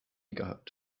gehabt